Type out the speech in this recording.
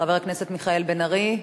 חבר הכנסת מיכאל בן-ארי,